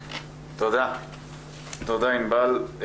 תודה, ענבל.